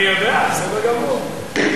אני יודע, בסדר גמור.